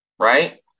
Right